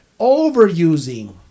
overusing